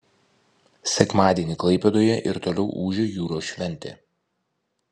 sekmadienį klaipėdoje ir toliau ūžė jūros šventė